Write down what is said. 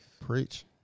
Preach